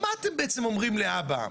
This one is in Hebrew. מה אתם בעצם אומרים לאבא?